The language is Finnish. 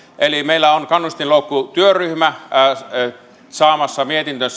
eli meillä on kannustinloukkutyöryhmä virkamiestyöryhmä saamassa